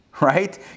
right